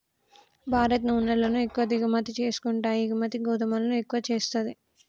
భారత్ నూనెలను ఎక్కువ దిగుమతి చేసుకుంటాయి ఎగుమతి గోధుమలను ఎక్కువ చేస్తది